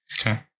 Okay